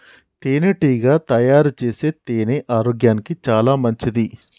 తేనెటీగ తయారుచేసే తేనె ఆరోగ్యానికి చాలా మంచిది